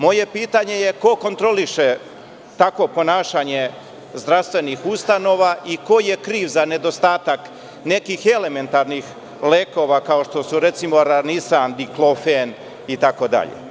Moje pitanje je ko kontroliše takvo ponašanje zdravstvenih ustanova i ko je kriv za nedostatak nekih elementarnih lekova kao što su recimo ranisan, diklofen itd?